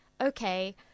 okay